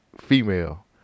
Female